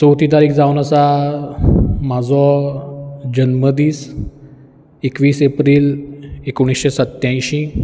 चवथी तारीक जावन आसा म्हाजो जन्म दीस एकवीस एप्रील एकुणीशे सत्त्यायंशीं